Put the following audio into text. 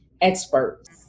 experts